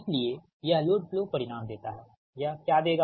इसलिए यह load flow परिणाम देता है यह क्या देगा